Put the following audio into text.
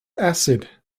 acid